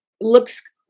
looks